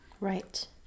Right